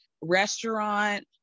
restaurant